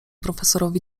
profesorowi